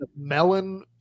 Melon